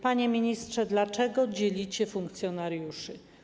Panie ministrze, dlaczego dzielicie funkcjonariuszy?